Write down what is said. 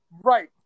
Right